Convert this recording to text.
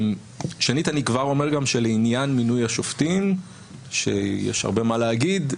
אני כבר אומר גם שלעניין מינוי השופטים יש הרבה מה להגיד.